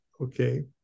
okay